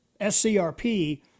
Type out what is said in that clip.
SCRP